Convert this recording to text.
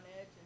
Edge